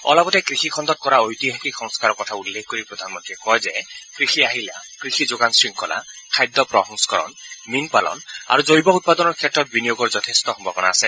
অলপতে কৃষিখণ্ডত কৰা ঐতিহাসিক সংস্কাৰৰ কথা উল্লেখ কৰি প্ৰধানমন্ত্ৰীয়ে কয় যে কৃষি আহিলা কৃষি যোগান শৃংখলা খাদ্য প্ৰসংস্কৰণ মীন পালন আৰু জৈৱ উৎপাদনৰ ক্ষেত্ৰত বিনিয়োগত যথেষ্ট সম্ভাৱনা আছে